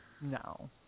No